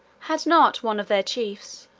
had not one of their chiefs,